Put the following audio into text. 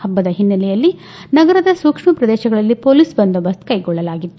ಪಬ್ಲದ ಹಿನ್ನೆಲೆಯಲ್ಲಿ ನಗರದ ಸೂಕ್ಷ್ಮ ಪ್ರದೇಶಗಳಲ್ಲಿ ಪೊಲೀಸ್ ಬಂದೋಬಸ್ತ್ ಕೈಗೊಳ್ಳಲಾಗಿತ್ತು